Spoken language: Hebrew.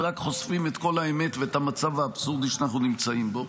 ורק חושפים את כל האמת ואת המצב האבסורדי שאנחנו נמצאים בו.